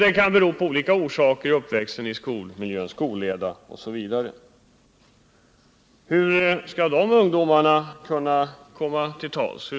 Detta kan bero på olika saker, uppväxt, skolmiljö, skolleda osv. Hur skall dessa ungdomar kunna komma till tals?